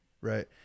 right